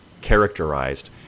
characterized